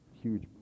huge